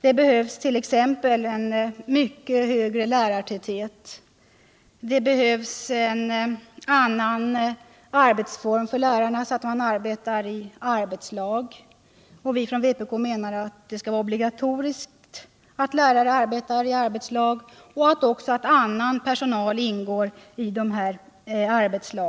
Det behövs 1. ex. en mycket högre lärartäthet, det behövs en annan arbetsform för lärarna, så att de kan arbeta i arbetslag. Vpk menar att det skall vara obligatoriskt att lärare arbetar i arbetslag och att också — Nr 142 annan personal ingår i dessa arbetslag.